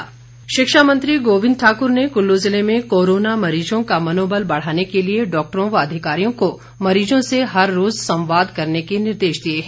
गोविंद शिक्षा मंत्री गोविंद ठाकुर ने कुल्लू जिले में कोरोना मरीजों का मनोबल बढ़ाने के लिए डॉक्टरों व अधिकारियों को मरीजों से हर रोज़ संवाद करने के निर्देश दिए हैं